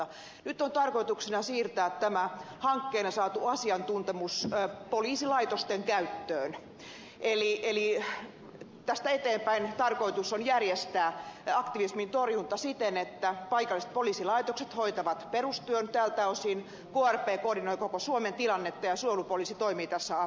nyt on tarkoituksena siirtää tämä hankkeena saatu asiantuntemus poliisilaitosten käyttöön eli tästä eteenpäin tarkoitus on järjestää aktivismin torjunta siten että paikalliset poliisilaitokset hoitavat perustyön tältä osin krp koordinoi koko suomen tilannetta ja suojelupoliisi toimii tässä apuna